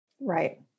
Right